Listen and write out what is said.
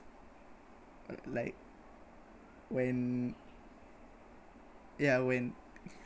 like when ya when